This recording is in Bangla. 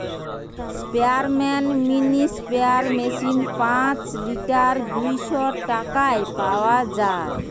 স্পেয়ারম্যান মিনি স্প্রেয়ার মেশিন পাঁচ লিটার দুইশ টাকায় পাওয়া যায়